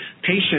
patient